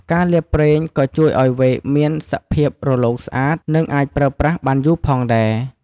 ការលាបប្រេងក៏ជួយឱ្យវែកមានសភាពរលោងស្អាត និងអាចប្រើប្រាស់បានយូរផងដែរ។